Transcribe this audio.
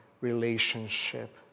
relationship